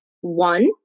One